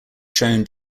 shown